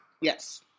yes